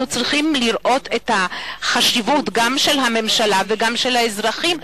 אנחנו צריכים לראות את החשיבות גם של הממשלה וגם של האזרחים,